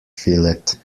fillet